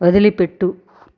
వదిలిపెట్టు